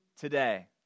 today